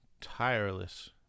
tireless